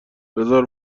بزار